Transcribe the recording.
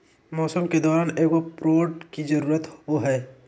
मौसम के दौरान एगो प्रोड की जरुरत होबो हइ